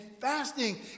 fasting